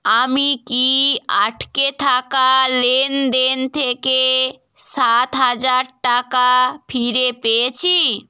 আমি কি আটকে থাকা লেনদেন থেকে সাত হাজার টাকা ফিরে পেয়েছি